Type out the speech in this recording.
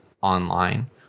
online